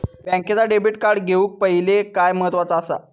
बँकेचा debit card घेउक पाहिले काय महत्वाचा असा?